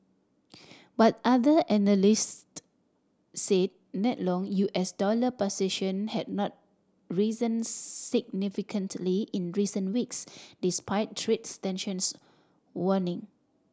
but other analyst said net long U S dollar position had not risen significantly in recent weeks despite trades tensions waning